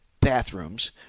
bathrooms